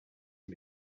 can